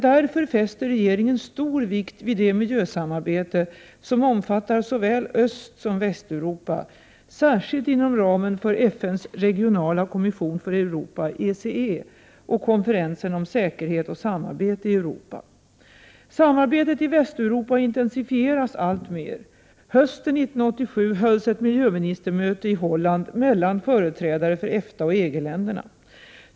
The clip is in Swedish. Därför fäster regeringen stor vikt vid det miljösamarbete som omfattar såväl Östsom Västeuropa, särskilt inom ramen för FN:s regionala kommission för Europa, ECE och konferensen om säkerhet och samarbete i Europa. Samarbetet i Västeuropa intensifieras alltmer. Hösten 1987 hölls ett miljöministermöte i Holland mellan företrädare för EFTA och EG länderna.